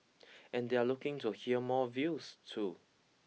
and they're looking to hear more views too